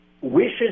wishes